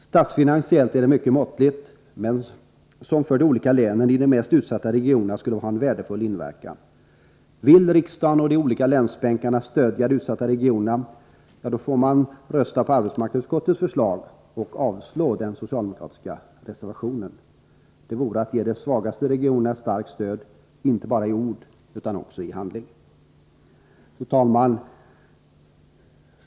Statsfinansiellt är anslaget mycket måttligt, men för de olika länen i de mest utsatta regionerna skulle det vara värdefullt. Vill riksdagen och ledamöterna på de olika länsbänkarna stödja de utsatta regionerna, ja då får man rösta på arbetsmarknadsutskottets förslag och avslå den socialdemokratiska reservationen. Det vore att ge de svagaste regionerna ett starkt stöd, inte bara i ord utan också i handling. Fru talman!